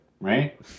right